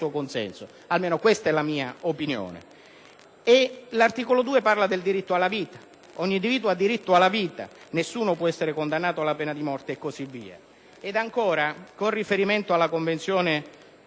consenso; almeno questa è la mia opinione. L'articolo 2 parla del diritto alla vita: ogni individuo ha diritto alla vita; nessuno può essere condannato alla pena di morte. Con riferimento alla Convenzione